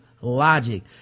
logic